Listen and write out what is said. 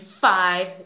five